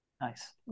Nice